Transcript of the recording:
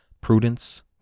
Prudence